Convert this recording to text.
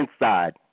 inside